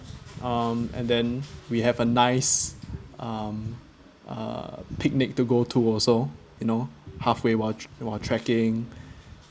um and then we have a nice um uh picnic to go to also you know halfway while tr~ while trekking